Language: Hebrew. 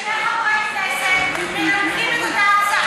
איך זה יכול להיות ששני חברי כנסת מנמקים את אותה הצעה?